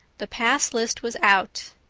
the pass list was out!